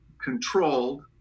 controlled